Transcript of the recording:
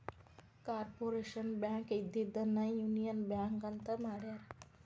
corporation bank ಇದ್ದಿದ್ದನ್ನ union bank ಅಂತ ಮಾಡ್ಯಾರ